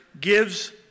gives